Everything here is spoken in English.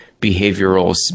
behavioral